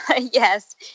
yes